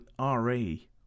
RE